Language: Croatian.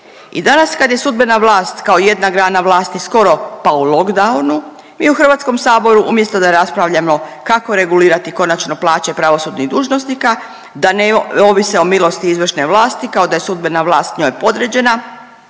I danas kad je sudbena vlast kao jedna grana vlasti skoro pa u lockdownu, mi u HS-u umjesto da raspravljamo kako regulirati konačno plaće pravosudnih dužnosnika da ne ovise o milosti izvršne vlasti, kao da je sudbena vlast njoj podređena,